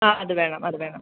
ആ അത് വേണം അത് വേണം